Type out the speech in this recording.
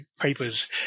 papers